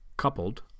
coupled